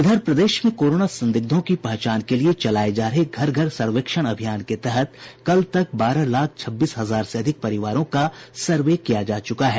इधर प्रदेश में कोरोना संदिग्धों की पहचान के लिए चलाये जा रहे घर घर सर्वेक्षण अभियान के तहत कल तक बारह लाख छब्बीस हजार से अधिक परिवारों का सर्वे किया जा चुका है